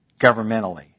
governmentally